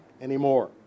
anymore